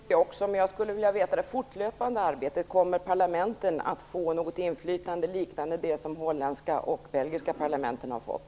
Herr talman! Det förstår jag också, men jag vill veta mer om det fortlöpande arbetet. Kommer parlamentet att få något inflytande liknande det som de holländska och belgiska parlamenten har fått?